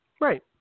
Right